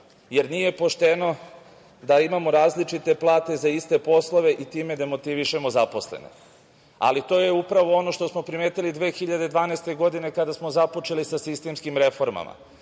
Nije pošteno da imamo različite plate za iste poslove i time demotivišemo zaposlene. To je upravo ono što smo primetili 2012. godine kada smo započeli sa sistemskim reformama.